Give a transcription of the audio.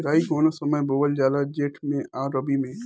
केराई कौने समय बोअल जाला जेठ मैं आ रबी में?